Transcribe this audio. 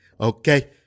Okay